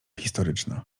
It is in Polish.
historyczna